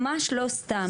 ממש לא סתם.